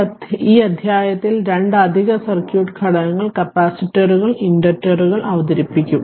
അതിനാൽ ഈ അധ്യായത്തിൽ രണ്ട് അധിക സർക്യൂട്ട് ഘടകങ്ങൾ കപ്പാസിറ്ററുകളും ഇൻഡക്ടറുകളും അവതരിപ്പിക്കും